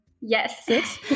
Yes